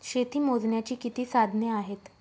शेती मोजण्याची किती साधने आहेत?